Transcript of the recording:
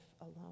alone